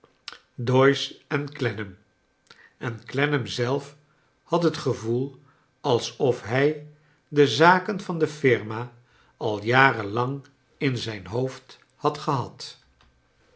doyce en clennam en clennam zelf had het gevoel alsof hij de zaken van de firma al jaren lang in zijn hoofd had gehad